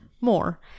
more